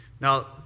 Now